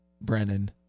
Brennan